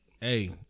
hey